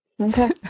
Okay